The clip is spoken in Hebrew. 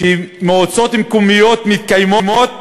שמועצות מקומיות מתקיימות